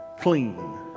clean